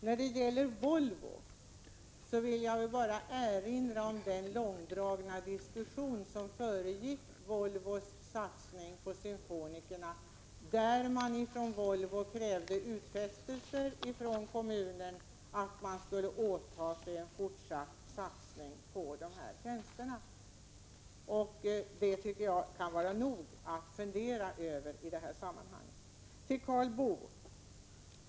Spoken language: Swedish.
När det gäller Volvo vill jag bara erinra om den långdragna diskussion som föregick Volvos satsning på symfonikerna, där man från Volvo krävde en utfästelse av kommunen att den skulle åta sig en fortsatt satsning på dessa tjänster. Det tycker jag kan vara nog att fundera över i detta sammanhang.